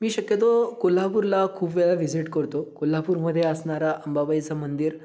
मी शक्यतो कोल्हापूरला खूप वेळा व्हिजिट करतो कोल्हापूरमध्ये असणारा अंबाबाईचं मंदिर